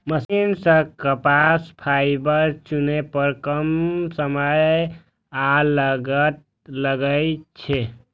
machine सं कपास fibre चुनै पर कम समय आ लागत लागै छै